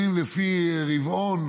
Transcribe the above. לפי רבעון,